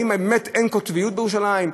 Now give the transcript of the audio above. האם באמת אין קוטביות בירושלים?